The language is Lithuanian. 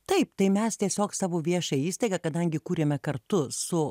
taip tai mes tiesiog savo viešąją įstaigą kadangi kūrėme kartu su